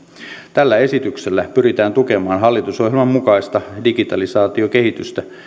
tällä esityksellä pyritään tukemaan hallitusohjelman mukaista digitalisaatiokehitystä